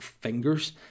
fingers